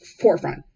forefront